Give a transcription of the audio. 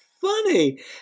funny